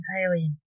alien